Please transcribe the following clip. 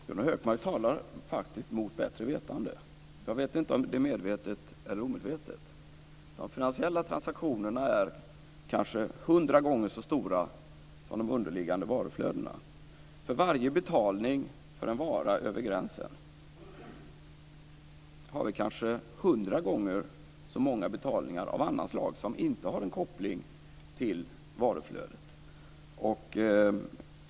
Fru talman! Gunnar Hökmark talar faktiskt mot bättre vetande. Jag vet inte om det är medvetet eller omedvetet. De finansiella transaktionerna är kanske hundra gånger så stora som de underliggande varuflödena. För varje betalning för en vara över gränsen är det kanske hundra gånger så många betalningar av annat slag som inte har en koppling till varuflödet.